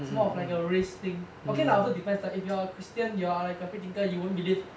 it's more of like a race thing okay lah also depends lah if you are christian you are like a free thinker you won't believe